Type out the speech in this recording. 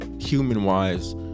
human-wise